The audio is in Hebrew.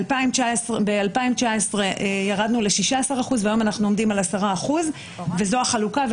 ב-2019 ירדנו ל-16% והיום אנחנו עומדים על 10% וזו החלוקה.